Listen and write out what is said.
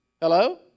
Hello